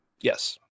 Yes